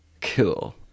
Cool